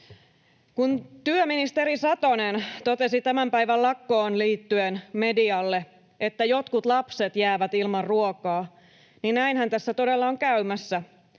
Kun työministeri Satonen totesi tämän päivän lakkoon liittyen medialle, että jotkut lapset jäävät ilman ruokaa, niin näinhän tässä todella on käymässä.